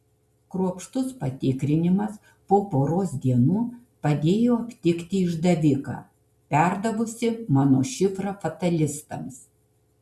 kruopštus patikrinimas po poros dienų padėjo aptikti išdaviką perdavusi mano šifrą fatalistams